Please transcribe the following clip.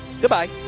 Goodbye